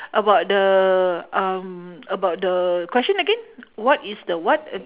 about the um about the question again what is the what ag~